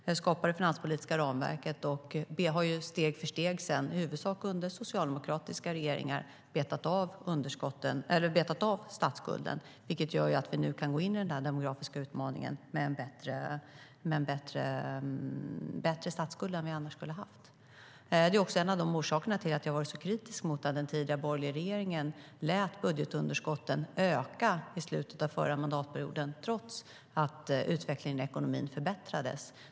Vi har skapat det finanspolitiska ramverket, och vi har steg för steg - i huvudsak under socialdemokratiska regeringar - betat av statsskulden, vilket gör att vi nu kan gå in i den här demografiska utmaningen med en lägre statsskuld än vi annars skulle ha haft. Det är också en av orsakerna till att jag har varit så kritisk mot att den tidigare borgerliga regeringen lät budgetunderskotten öka i slutet av förra mandatperioden trots att utvecklingen i ekonomin förbättrades.